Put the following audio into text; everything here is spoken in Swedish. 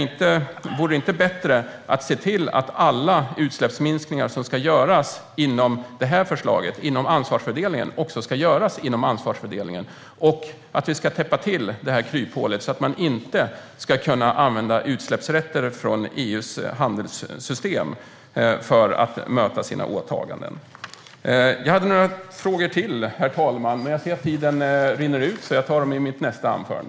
Vore det inte bättre att se till att alla utsläppsminskningar som ska göras inom det här förslaget, inom ansvarsfördelningen, också görs inom just ansvarsfördelningen och att vi täpper till det kryphålet så att man inte ska kunna använda utsläppsrätter från EU:s handelssystem för att möta sina åtaganden? Jag hade några frågor till, herr talman, men jag ser att tiden rinner ut, så jag tar dem i mitt nästa inlägg.